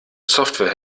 software